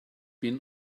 been